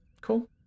Cool